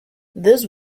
this